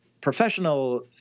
professional